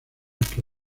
que